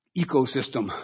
ecosystem